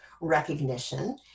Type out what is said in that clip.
recognition